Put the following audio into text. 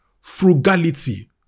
frugality